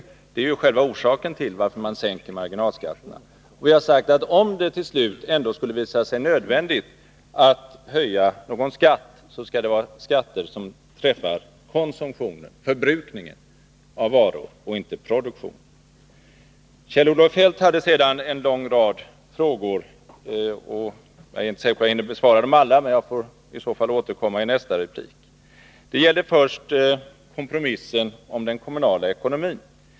Den effekten är ju själva orsaken till att man sänker marginalskatterna. Och vi har sagt att om det till slut ändå skulle visa sig nödvändigt att höja några skatter, så skall det vara skatter som träffar konsumtionen, förbrukningen av varor, och inte produktionen. Kjell-Olof Feldt ställde en lång rad frågor. Jag är inte säker på att jag hinner besvara dem alla, men jag får kanske återkomma i nästa replik. Det gällde först kompromissen om den kommunala ekonomin.